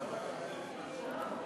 בבקשה.